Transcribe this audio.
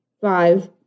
five